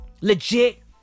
Legit